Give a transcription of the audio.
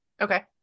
Okay